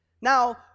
Now